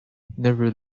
never